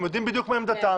הם יודעים בדיוק מה עמדתם,